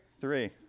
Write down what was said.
Three